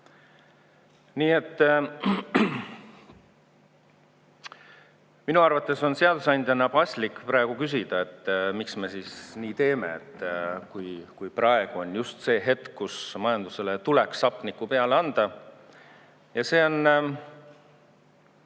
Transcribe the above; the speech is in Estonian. Nii et minu arvates on seadusandjana paslik küsida, miks me nii teeme, kui praegu on just see hetk, kus majandusele tuleks hapnikku peale anda. Ja see on